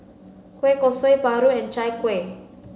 Kueh Kosui Paru and Chai Kueh